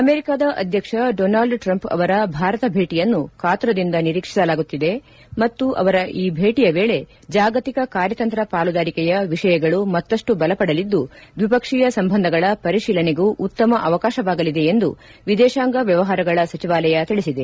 ಅಮೆರಿಕಾದ ಅಧ್ಯಕ್ಷ Donald Trump ಅವರ ಭಾರತ ಭೇಟಿಯನ್ನು ಕಾತುರದಿಂದ ನಿರೀಕ್ಷಿಸಲಾಗುತ್ತಿದೆ ಮತ್ತು ಅವರ ಈ ಭೇಟಿಯ ವೇಳೆ ಜಾಗತಿಕ ಕಾರ್ಯತಂತ್ರ ಪಾಲುದಾರಿಕೆಯ ವಿಷಯಗಳು ಮತ್ತಷ್ನ ಬಲಪಡಲಿದ್ದು ದ್ವಿಪಕ್ಷಿಯ ಸಂಬಂಧಗಳ ಪರಿಶೀಲನೆಗೂ ಉತ್ತಮ ಅವಕಾಶವಾಗಲಿದೆ ಎಂದು ವಿದೇಶಾಂಗ ವ್ಯವಹಾರಗಳ ಸಚಿವಾಲಯ ತಿಳಿಸಿದೆ